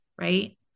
right